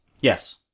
Yes